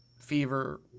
fever